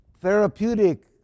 therapeutic